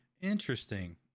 Interesting